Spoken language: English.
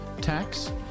tax